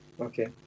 Okay